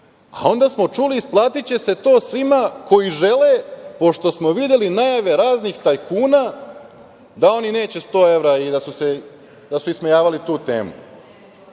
A onda smo čuli - isplatiće se to svima koji žele, pošto smo videli najave raznih tajkuna da oni neće 100 evra i da su ismejavali tu temu.